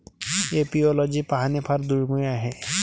apiology पाहणे फार दुर्मिळ आहे